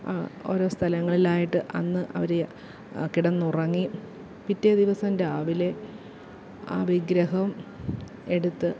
ഓരോരോ സ്ഥലങ്ങളിലായിട്ട് അന്ന് അവർ കിടന്നുറങ്ങി പിറ്റേ ദിവസം രാവിലെ ആ വിഗ്രഹം എടുത്ത്